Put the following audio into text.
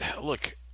look